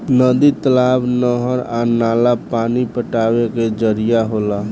नदी, तालाब, नहर आ नाला पानी पटावे के जरिया होला